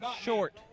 short